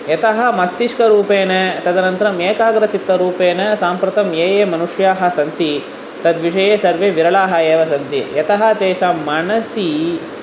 यतः मस्तिष्क रूपेण तदनन्तरम् एकाग्रचित्तरूपेण साम्प्रतं ये ये मनुष्याः सन्ति तद्विषये सर्वे विरलाः एव सन्ति यतः तेषां मनसि